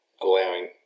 allowing